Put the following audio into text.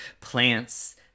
plants